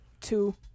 two